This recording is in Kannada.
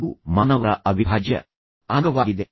ಅದು ಮಾನವರ ಅವಿಭಾಜ್ಯ ಅಂಗವಾಗಿದೆ